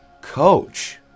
Coach